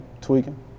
tweaking